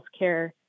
healthcare